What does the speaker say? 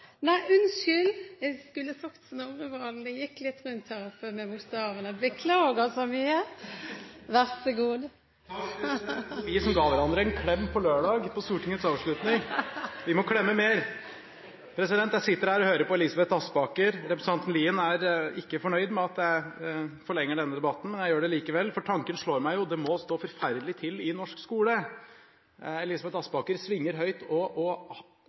Nei, unnskyld, Snorre Serigstad Valen. Beklager så mye! Takk, president – og så vi som ga hverandre en klem på Stortingets avslutning lørdag! Vi må klemme mer! Jeg sitter her og hører på Elisabeth Aspaker, og representanten Lien er ikke fornøyd med at jeg forlenger denne debatten, men jeg gjør det likevel, for tanken slår meg jo: Det må stå forferdelig til i norsk skole. Elisabeth Aspaker svinger høyt og